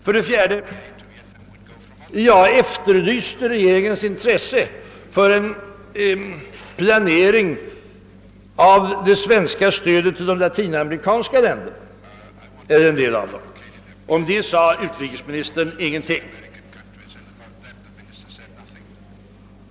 Jag efterlyste också regeringens intresse för en planering av det svenska stödet till en del av de latinamerikanska länderna. Om det sade utrikesministern ingenting.